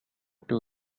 two